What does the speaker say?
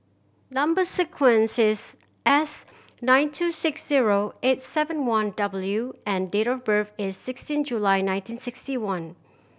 number sequence is S nine two six zero eight seven one W and date of birth is sixteen July nineteen sixty one